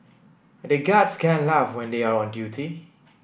the guards can't laugh when they are on duty